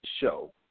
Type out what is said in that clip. show